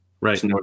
Right